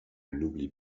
n’oublie